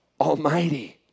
Almighty